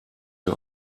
mir